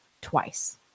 twice